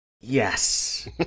Yes